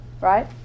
Right